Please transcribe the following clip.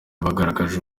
bagaragaje